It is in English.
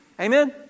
Amen